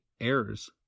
errors